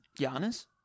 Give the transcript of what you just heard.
Giannis